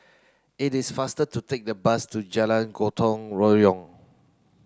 it is faster to take a bus to Jalan Gotong Royong